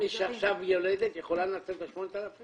מי שעכשיו יולדת, יכולה לנצל את ה-8,000?